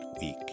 week